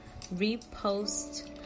repost